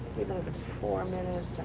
even if it's four minutes, and